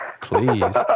Please